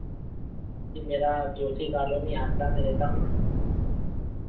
जी मेरा जोशी कॉलोनी हरदा में रहता हूँ मैं